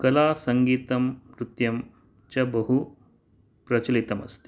कला सङ्गीतं नृत्यं च बहु प्रचलितम् अस्ति